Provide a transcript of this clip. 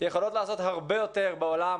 יכולים לעשות הרבה יותר בעולם